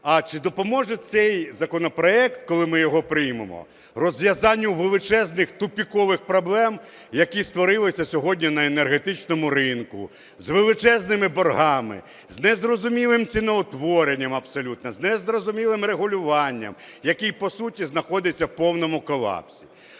а чи допоможе цей законопроект, коли ми його приймемо, розв'язанню величезних тупикових проблем, які створилися сьогодні на енергетичному ринку, з величезними боргами, з незрозумілим ціноутворенням абсолютно, з незрозумілим регулюванням, який по суті знаходиться в повному колапсі.